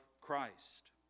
Christ